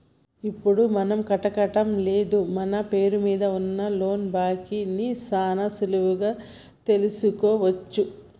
ఇప్పుడు మనకాకట్టం లేదు మన పేరు మీద ఉన్న లోను బాకీ ని సాన సులువుగా తెలుసుకోవచ్చు